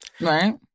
Right